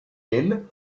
elle